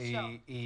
-- היא